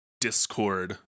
discord